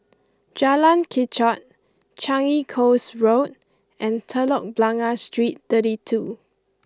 Jalan Kechot Changi Coast Road and Telok Blangah Street thirty two